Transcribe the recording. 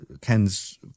Ken's